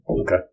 Okay